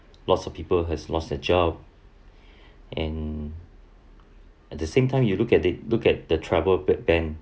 lots of people has lost their job and at the same time you look at it look at the travel ban